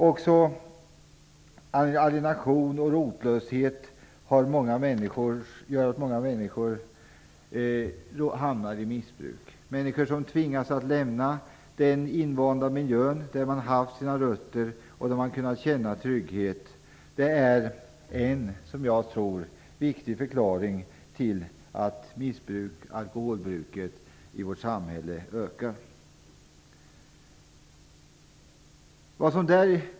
Också alienation och rotlöshet gör att många människor hamnar i missbruk. Att man tvingats att lämna den invanda miljö där man haft sina rötter och där man har kunnat känna trygghet är, tror jag, en viktig förklaring till att alkoholbruket i vårt samhälle ökar.